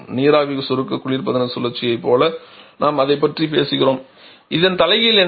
நீராவி சுருக்க குளிர்பதன சுழற்சியைப் போல நாம் அதைப் பற்றி பேசுகிறோம் இதன் தலைகீழ் என்ன